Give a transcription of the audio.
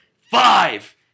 Five